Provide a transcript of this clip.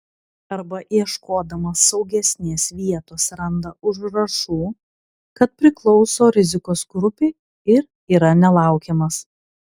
arba ieškodamas saugesnės vietos randa užrašų kad priklauso rizikos grupei ir yra nelaukiamas